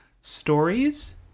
Stories